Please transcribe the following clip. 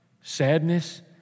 sadness